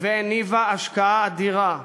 והניבה השקעה אדירה בחינוך,